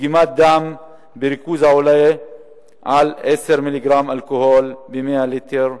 דגימת דם בריכוז העולה על 10 מיליגרם אלכוהול ב-100 ליטר דם.